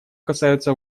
касаются